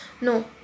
No